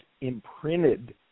imprinted